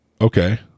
okay